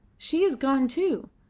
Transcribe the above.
she is gone too.